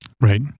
Right